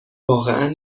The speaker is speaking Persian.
واقعا